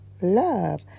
love